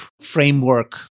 framework